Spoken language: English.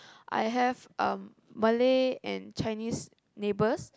I have a Malay and Chinese neighbors